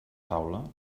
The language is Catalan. taula